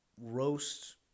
roast